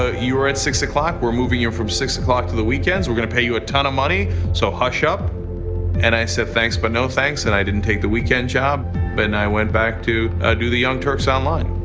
ah you were at six o'clock we're moving you from six o'clock to the weekends we're gonna pay you a ton of money so hush up' and i said thanks but no thanks. and i didn't take the weekend job but and i went back to ah do the young turks online.